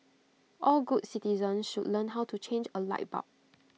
all good citizens should learn how to change A light bulb